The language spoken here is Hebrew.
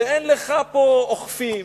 ואין לך פה אוכפים,